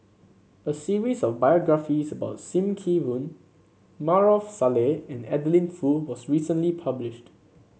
a series of biographies about Sim Kee Boon Maarof Salleh and Adeline Foo was recently published